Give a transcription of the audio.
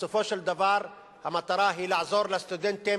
בסופו של דבר המטרה היא לעזור לסטודנטים,